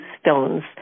stones